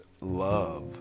Love